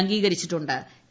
അംഗീകരിച്ചിട്ടു ്